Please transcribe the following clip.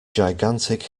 gigantic